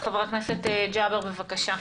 חבר הכנסת ג'אבר עסאקלה, בבקשה.